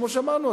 כמו שאמרנו,